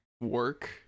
work